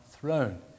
throne